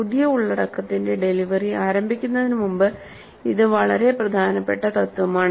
പുതിയ ഉള്ളടക്കത്തിന്റെ ഡെലിവറി ആരംഭിക്കുന്നതിന് മുമ്പ് ഇത് വളരെ പ്രധാനപ്പെട്ട തത്വമാണ്